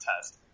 test